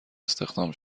استخدام